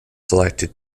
selected